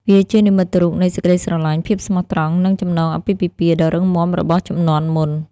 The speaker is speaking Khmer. វាជានិមិត្តរូបនៃ សេចក្ដីស្រឡាញ់ ភាពស្មោះត្រង់ និង ចំណងអាពាហ៍ពិពាហ៍ ដ៏រឹងមាំរបស់ជំនាន់មុន។